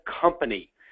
company